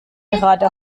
gerade